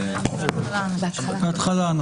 היה בהתחלה.